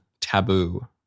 taboo